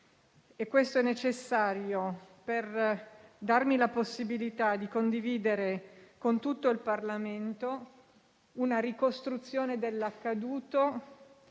Ciò è necessario per darmi la possibilità di condividere con tutto il Parlamento una ricostruzione dell'accaduto,